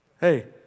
Hey